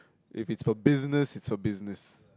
if it's for business it's for business